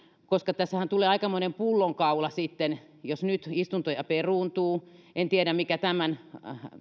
tässähän tulee aikamoinen pullonkaula sitten jos nyt istuntoja peruuntuu en tiedä mikä tämän